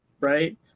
right